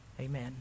Amen